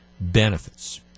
benefits